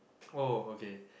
oh okay